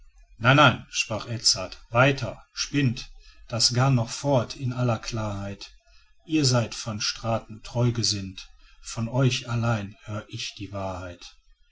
nein nein sprach edzard weiter spinnt das garn noch fort in aller klarheit ihr seid van straten treu gesinnt von euch allein hör ich die wahrheit